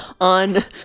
On